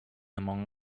among